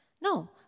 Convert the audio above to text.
No